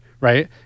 right